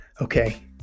Okay